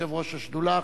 יושב-ראש השדולה,